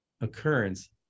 occurrence